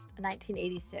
1986